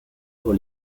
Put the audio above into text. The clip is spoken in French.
pour